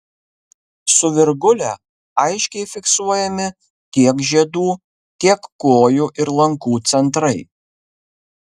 su virgule aiškiai fiksuojami tiek žiedų tiek kojų ir lankų centrai